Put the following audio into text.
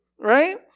right